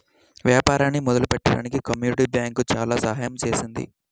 వ్యాపారాన్ని మొదలుపెట్టడానికి community bank చాలా సహాయం చేసింది